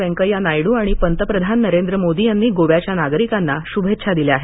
व्यंकय्या नायडू आणि पंतप्रधान नरेंद्र मोदी यांनी गोव्याच्या नागरिकांना शुभेच्छा दिल्या आहेत